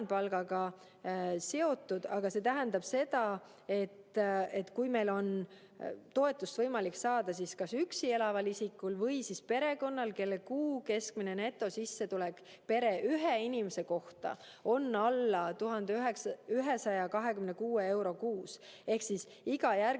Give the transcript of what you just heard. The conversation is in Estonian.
aga see tähendab seda, et toetust on võimalik saada kas üksi elaval isikul või perekonnal, kelle kuu keskmine netosissetulek pere ühe inimese kohta on alla 1126 euro kuus, ehk siis iga järgmise